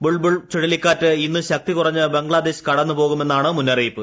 bull bull ചുഴലിക്കാറ്റ് ഇന്ന് ശക്തി കുറഞ്ഞ് ബംഗ്ലാദേശ് കടന്നുപോകുമെന്നാണ് മുന്നറിയിപ്പ്